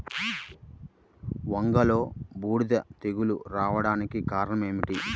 వంగలో బూడిద తెగులు రావడానికి కారణం ఏమిటి?